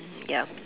yeap